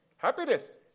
Happiness